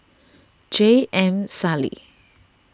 J M Sali